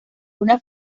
una